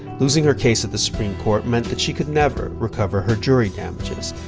losing her case at the supreme court meant that she could never recover her jury damages.